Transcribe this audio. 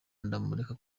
ndamureka